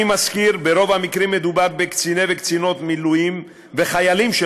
אני מזכיר: ברוב המקרים מדובר בקצינים וקצינות במילואים וחיילים של